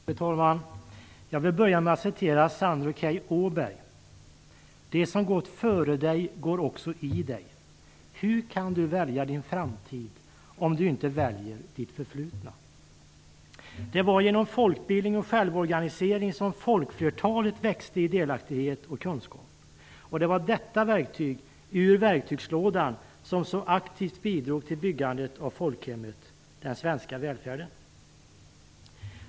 Fru talman! Jag vill börja med att citera Sandro Key Åberg: "De som gått före dig går också i dig ... Hur kan du välja din framtid om du inte väljer ditt förflutna" Det var genom folkbildning och självorganisering som folkflertalet växte i delaktighet och kunskap. Det var detta verktyg i verkstygslådan som så aktivt bidrog till byggandet av folkhemmet och den svenska välfärden.